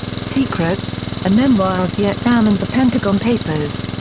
secrets a memoir of vietnam and the pentagon papers.